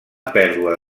pèrdua